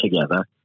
together